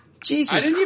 Jesus